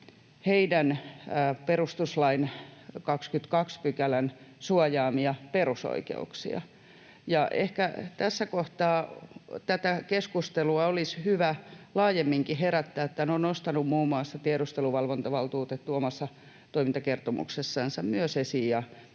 heidän perustuslain 22 §:n suojaamia perusoikeuksiaan. Ehkä tässä kohtaa tätä keskustelua olisi hyvä laajemminkin herättää. Tämän on nostanut myös muun muassa tiedusteluvalvontavaltuutettu omassa toimintakertomuksessansa esiin